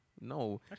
No